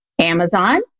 Amazon